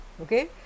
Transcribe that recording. okay